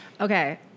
Okay